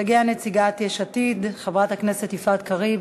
תגיע נציגת יש עתיד, חברת הכנסת יפעת קריב.